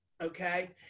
Okay